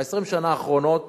ב-20 השנים האחרונות